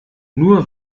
nur